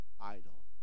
idle